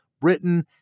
Britain